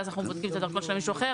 ואז אנחנו בודקים את הדרכון האחר.